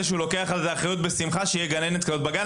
שהוא לוקח על זה אחריות שתהיה גננת כזאת בגן.